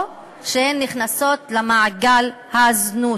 או שהן נכנסות למעגל הזנות,